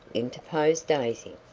interposed daisy.